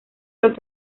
los